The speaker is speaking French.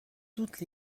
toutes